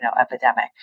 epidemic